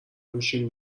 میشیم